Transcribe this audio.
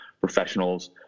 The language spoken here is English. professionals